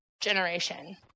generation